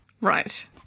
Right